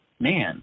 man